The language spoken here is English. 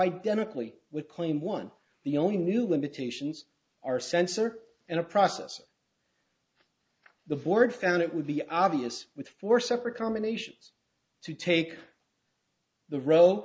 identically with claim one the only new limitations are sensor and a process the board found it would be obvious with four separate combinations to take the row